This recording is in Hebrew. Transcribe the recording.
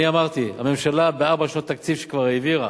אני אמרתי: הממשלה בארבע שנות תקציב שכבר העבירה,